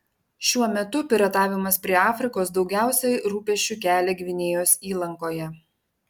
šiuo metu piratavimas prie afrikos daugiausiai rūpesčių kelia gvinėjos įlankoje